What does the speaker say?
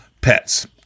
pets